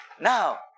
Now